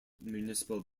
municipal